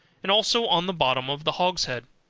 and also on the bottom of the hogshead.